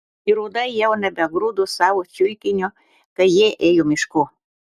ir uodai jau nebegrūdo savo čiulkinio kai jie ėjo mišku